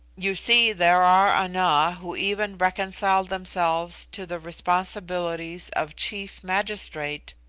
you see there are ana who even reconcile themselves to the responsibilities of chief magistrate,